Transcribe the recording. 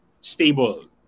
stable